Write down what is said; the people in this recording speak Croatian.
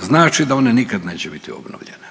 znači da one nikad neće biti obnovljene.